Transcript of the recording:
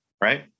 right